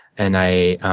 and i